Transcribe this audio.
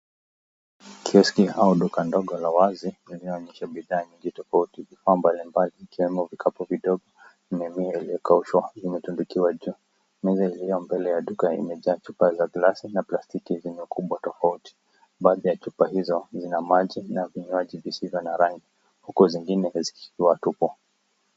Kioski au duka ndogo la wazi limeonyesha bidhaa nyingi tofauti vifaa mbalimbali vya kiamu vya kapu vidogo limekaa usawa limetundikiwa juu. Meza iliyo mbele ya duka imejaa chupa za glasi na plastiki zenye ukubwa tofauti. Baadhi ya chupa hizo zina maji na vinywaji visivyo na rangi huku zingine zikiwa tupu.